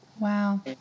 Wow